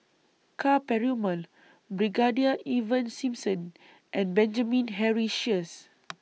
Ka Perumal Brigadier Ivan Simson and Benjamin Henry Sheares